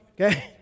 okay